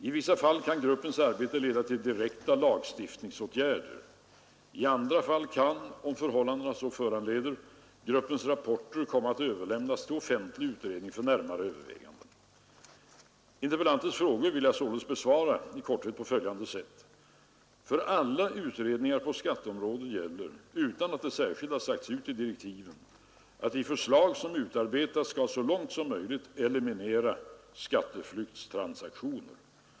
I vissa fall kan gruppens arbete leda till direkta lagstiftning rder. I andra fall kan, om förhållandena föranleder det, grupp: utredning för närmare överväganden. Interpellantens frågor vill jag besvara på följande sätt. För alla utredningar på skatteområdet gäller, utan att det särskilt sagts i direktiven, att de förslag som utarbetas skall så långt möjligt eliminera skatteflyktstransaktioner.